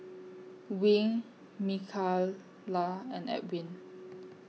Wing Micayla and Edwin